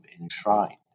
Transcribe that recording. enshrined